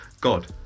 God